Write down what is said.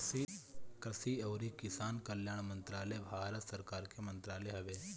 कृषि अउरी किसान कल्याण मंत्रालय भारत सरकार के मंत्रालय हवे